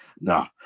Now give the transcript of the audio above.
Nah